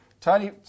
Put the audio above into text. Tony